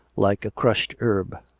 like a crushed herb.